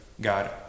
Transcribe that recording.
God